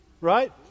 Right